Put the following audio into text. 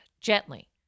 Gently